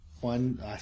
one